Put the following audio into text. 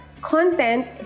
content